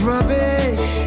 Rubbish